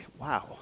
wow